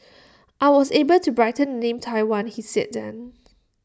I was able to brighten the name Taiwan he said then